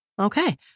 Okay